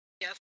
Yes